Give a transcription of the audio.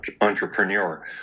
entrepreneur